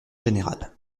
général